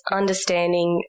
understanding